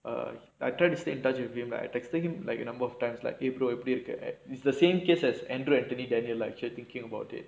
err I try to stay in touch with him but I texting like the number of times like april it's the same case as enro antony daniel lah if you think about it